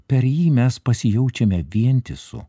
per jį mes pasijaučiame vientisu